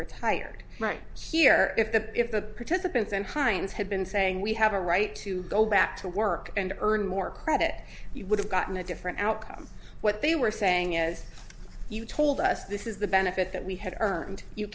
retired right here if the if the participants and hines had been saying we have a right to go back to work and earn more credit you would have gotten a different outcome what they were saying is you told us this is the benefit that we had earned you